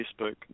Facebook